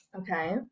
okay